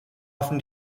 often